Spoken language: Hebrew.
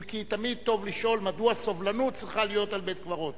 אם כי תמיד טוב לשאול מדוע סובלנות צריכה להיות על בית-קברות.